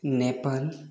Nepal